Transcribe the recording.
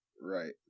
Right